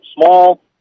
small